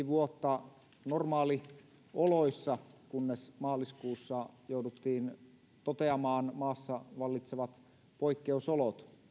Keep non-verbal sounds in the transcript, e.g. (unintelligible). (unintelligible) vuotta normaalioloissa kunnes maaliskuussa jouduttiin toteamaan maassa vallitsevat poikkeusolot